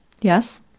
yes